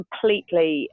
completely